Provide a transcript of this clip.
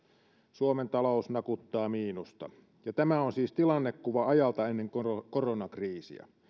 suomen talous nakuttaa miinusta ja tämä on siis tilannekuva ajalta ennen koronakriisiä